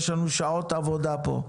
יש לנו שעות עבודה פה.